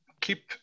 keep